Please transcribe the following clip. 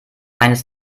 eines